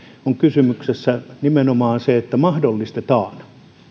on kysymyksessä nimenomaan se että mahdollistetaan